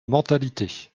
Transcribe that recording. mentalités